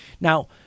now